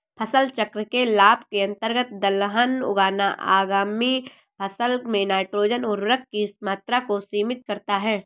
फसल चक्र के लाभ के अंतर्गत दलहन उगाना आगामी फसल में नाइट्रोजन उर्वरक की मात्रा को सीमित करता है